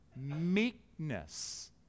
meekness